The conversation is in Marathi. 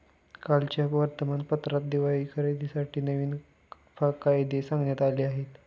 कालच्या वर्तमानपत्रात दिवाळखोरीसाठी नवीन कायदे सांगण्यात आले आहेत